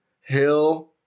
Hill